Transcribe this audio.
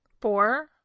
Four